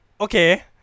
Okay